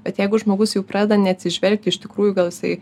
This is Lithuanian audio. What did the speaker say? bet jeigu žmogus jau pradeda neatsižvelgti iš tikrųjų gal jisai